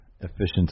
Efficiency